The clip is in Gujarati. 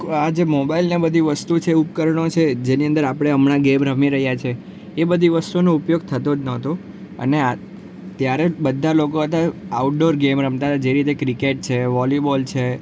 આજે મોબાઈલને બધી વસ્તુ છે ઉપકરણો છે જેની અંદર આપણે હમણાં જેમ રમી રહ્યા છીએ એ બધી વસ્તુઓનો ઉપયોગ થતો જ નહોતો અને આ ત્યારે જ બધા લોકો હતા આઉટડોર ગેમ રમતા હતા જે રીતે ક્રિકેટ છે વોલીબોલ છે